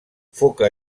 foca